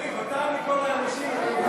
יריב, אתה מכל האנשים, עליך הפילו את הדבר הזה.